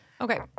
Okay